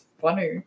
funny